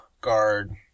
guard